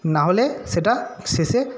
নাহলে সেটা শেষে